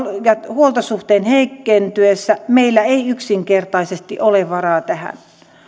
ja huoltosuhteen heikentyessä meillä ei yksinkertaisesti ole varaa tähän